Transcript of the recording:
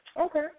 Okay